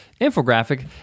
infographic